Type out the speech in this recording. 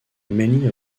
many